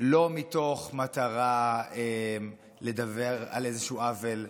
לא מתוך מטרה לדבר על איזשהו עוול,